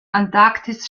antarktis